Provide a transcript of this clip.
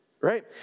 Right